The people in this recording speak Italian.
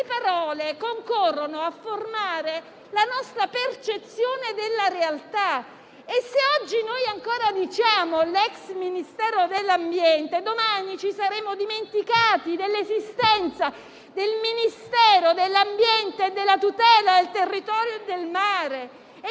parole concorrono a formare la nostra percezione della realtà, e se oggi ancora diciamo l'ex Ministero dell'ambiente, domani ci saremo dimenticati dell'esistenza del Ministero dell'ambiente e della tutela del territorio e del mare. A